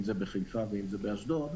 אם זה בחיפה ואם זה באשדוד,